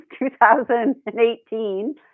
2018